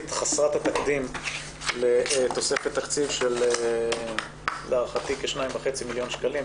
חסרת התקדים לתוספת תקציב של להערכתי כ-2.5 מיליון שקלים,